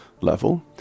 level